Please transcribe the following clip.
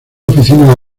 oficina